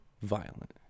violent